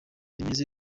rimeze